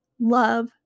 love